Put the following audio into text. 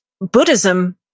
Buddhism